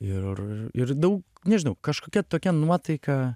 ir ir daug nežinau kažkokia tokia nuotaika